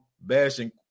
bashing